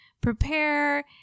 prepare